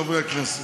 חברי הכנסת,